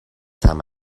time